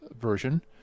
version